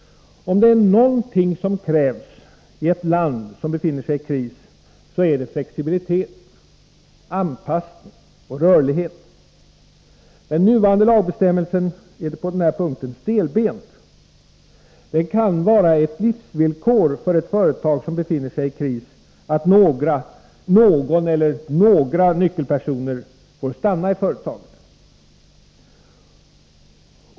Om det är någonting som krävs i ett land som befinner sig i kris så är det flexibilitet, anpassning och rörlighet. Den nuvarande lagbestämmelsen är på denna punkt stelbent. Det kan vara ett livsvillkor för ett företag som befinner sig i kris att någon eller några nyckelpersoner får stanna i företaget.